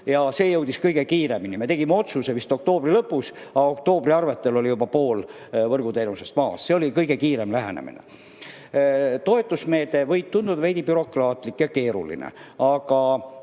[tarbijateni] kõige kiiremini, me tegime otsuse vist oktoobri lõpus ja oktoobri arvetel oli juba pool võrguteenuse [tasust] maha arvestatud. See oli kõige kiirem lähenemine. Toetusmeede võib tunduda veidi bürokraatlik ja keeruline, aga